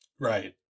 Right